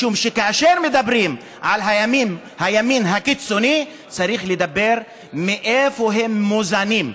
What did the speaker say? משום כאשר מדברים על הימין הקיצוני צריך לדבר על מאיפה הם מוזנים,